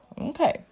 Okay